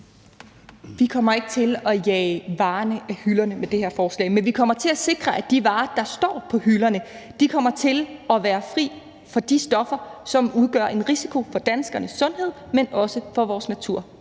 Vi kommer ikke til at jage varerne af hylderne med det her forslag, men vi kommer til at sikre, at de varer, der står på hylderne, kommer til at være fri for de stoffer, som ikke blot udgør en risiko for danskernes sundhed, men også for vores natur